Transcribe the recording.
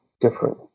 different